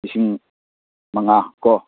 ꯂꯤꯁꯤꯡ ꯃꯉꯥꯀꯣ